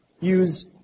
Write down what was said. Use